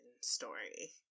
story